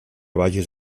vagis